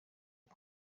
ubu